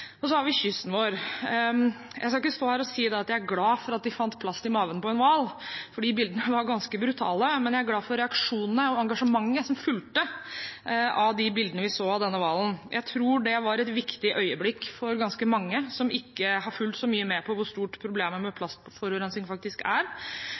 her. Så har vi kysten vår. Jeg skal ikke stå her og si at jeg er glad for at man fant plast i magen på en hval, for de bildene var ganske brutale, men jeg er glad for reaksjonene og engasjementet som fulgte av de bildene vi så av denne hvalen. Jeg tror det var et viktig øyeblikk for ganske mange som ikke har fulgt så mye med på hvor stort problemet med